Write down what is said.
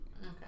Okay